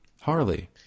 Harley